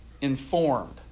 informed